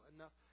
Enough